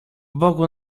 bogu